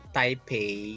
Taipei